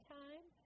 time